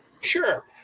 Sure